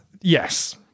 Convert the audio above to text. Yes